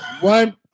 one